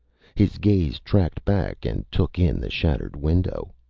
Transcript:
his gaze tracked back and took in the shattered window.